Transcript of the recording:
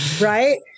Right